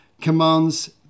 commands